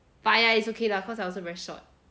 but !aiya! is okay lah cause I also very short